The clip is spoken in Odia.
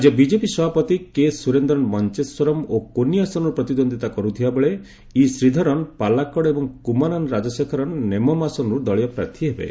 ରାଜ୍ୟ ବିଜେପି ସଭାପତି କେ ସୁରେନ୍ଦ୍ରନ୍ ମଞ୍ଜେଶ୍ୱରମ୍ ଓ କୋନ୍ତି ଆସନରୁ ପ୍ରତିଦ୍ୱନ୍ଦିତା କରୁଥିବାବେଳେ ଇଶ୍ରୀଧରନ୍ ପାଲାକାଡ୍ ଏବଂ କୁମ୍ମାନାମ୍ ରାଜଶେଖରନ୍ ନେମମ୍ ଆସନରୁ ଦଳୀୟ ପ୍ରାର୍ଥୀ ହେବେ